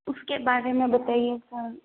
उसके बारे में बताईए सर